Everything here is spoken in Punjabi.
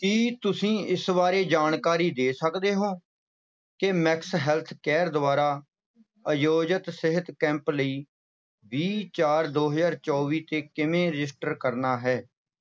ਕੀ ਤੁਸੀਂ ਇਸ ਬਾਰੇ ਜਾਣਕਾਰੀ ਦੇ ਸਕਦੇ ਹੋ ਕਿ ਮੈਕਸ ਹੈਲਥ ਕੇਅਰ ਦੁਆਰਾ ਆਯੋਜਿਤ ਸਿਹਤ ਕੈਂਪ ਲਈ ਵੀਹ ਚਾਰ ਦੋ ਹਜ਼ਾਰ ਚੌਵੀ 'ਤੇ ਕਿਵੇਂ ਰਜਿਸਟਰ ਕਰਨਾ ਹੈ